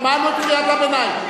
שמענו את קריאת הביניים,